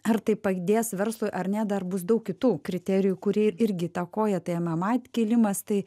ar tai padės verslui ar ne dar bus daug kitų kriterijų kurie irgi įtakoja tai mma kilimas tai